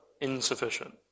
insufficient